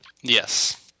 Yes